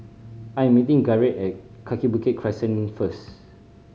I am meeting Garrett at Kaki Bukit Crescent first